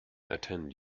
attend